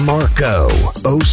Marco